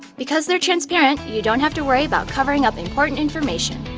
because they're transparent you don't have to worry about covering up important information.